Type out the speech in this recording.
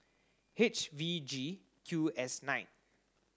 H V G Q S nine